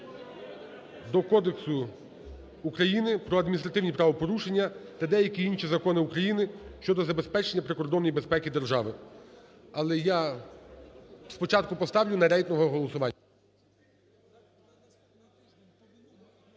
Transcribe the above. до Кодексу України про адміністративні правопорушення та деяких інших законів України щодо забезпечення прикордонної безпеки держави. Але я спочатку поставлю на рейтингове голосування.